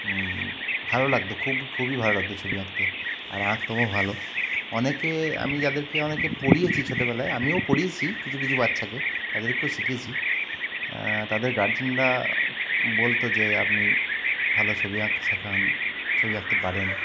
ভালো লাগতো খুবই খুবই ভালো লাগতো ছবি আঁকতে আর আঁকতমও ভালো অনেকে আমি যাদেরকে অনেকে পড়িয়েছি ছোটোবেলায় আমিও পড়িয়েছি কিছু কিছু বাচ্চাকে তাদেরকেও শিখিয়েছি তাদের গার্জেনরা বলতো যে আপনি ভালো ছবি আঁকছেন শেখান ছবি আঁকতে পারেন